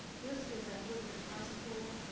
this is at woodbridge high school.